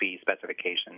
specifications